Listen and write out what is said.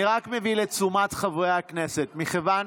אני רק מביא לתשומת לב חברי הכנסת, מכיוון,